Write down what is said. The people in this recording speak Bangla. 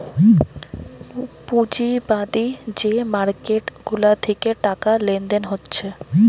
পুঁজিবাদী যে মার্কেট গুলা থিকে টাকা লেনদেন হচ্ছে